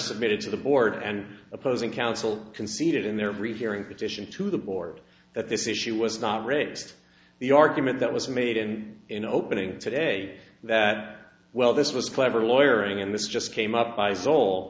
submitted to the board and opposing counsel conceded in their rehearing petition to the board that this issue was not raised the argument that was made and in opening today that well this was clever lawyer and this just came up by so